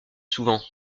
souvent